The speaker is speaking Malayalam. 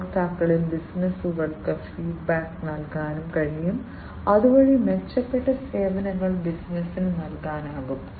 ഉപഭോക്താക്കൾക്ക് ബിസിനസുകൾക്ക് ഫീഡ്ബാക്ക് നൽകാൻ കഴിയും അതുവഴി മെച്ചപ്പെട്ട സേവനങ്ങൾ ബിസിനസിന് നൽകാനാകും